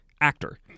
actor